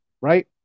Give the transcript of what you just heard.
right